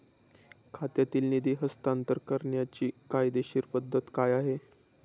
खात्यातील निधी हस्तांतर करण्याची कायदेशीर पद्धत काय आहे?